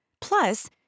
Plus